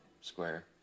square